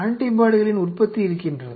ஆன்டிபாடிகளின் உற்பத்தி இருக்கின்றது